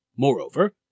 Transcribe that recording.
Moreover